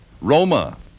Roma